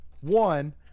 one